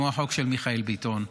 כמו החוק של מיכאל ביטון,